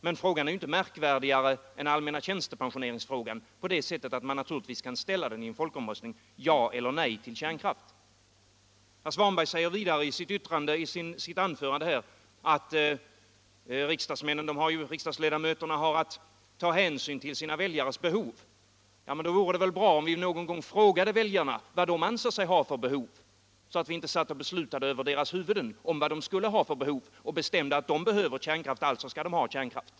Men frågan är inte märkvärdigare än frågan om allmän tjänstepension i så måtto att man givetvis kan ställa den i en folkomröstning: ja eller nej till kärnkraft? Herr Svanberg säger vidare i sitt anförande att riksdagsledamöterna har att ta hänsyn till sina väljares behov. Ja, men då vore det väl bra om vi någon gång frågade väljarna vad de anser sig ha för behov, så att vi inte satt och beslutade över deras huvuden om vad de skulle ha för behov och bestämde: de behöver kärnkraft, alltså skall de ha kärnkraft.